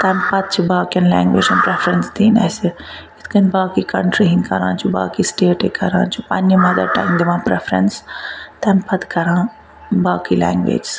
تمہِ پَتہٕ چھِ باقیَن لینگویجَن پریفرَنس دِنۍ اَسہِ یِتھ کنۍ باقے کَنٹری ہٕنٛد کران چھِ باقے سٹیٹِکۍ کَران چھِ پَننہِ مَدَر ٹَنگہِ دِوان پریٚفرنس تمہ پَتہٕ کران باقے لینگویجس